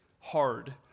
hard